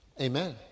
Amen